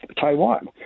Taiwan